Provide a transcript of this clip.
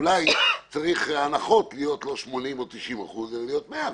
אולי ההנחות לא צריכות להיות 90% אלא 100%,